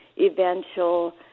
eventual